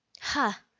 Ha